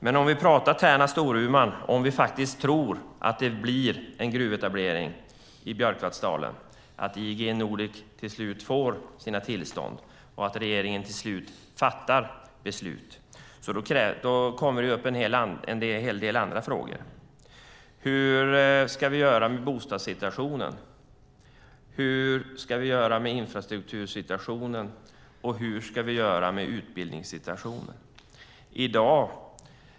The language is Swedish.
Men om vi pratar om Tärnaby och Storuman och om vi faktiskt tror att det blir en gruvetablering i Björkvatttsdalen, att IGE Nordic till slut får sina tillstånd och att regeringen till slut fattar beslut kommer det upp en hel del andra frågor. Hur ska vi göra med bostadssituationen? Hur ska vi göra med infrastruktursituationen? Och hur ska vi göra med utbildningssituationen?